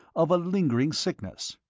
of a lingering sickness.